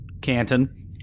Canton